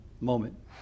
moment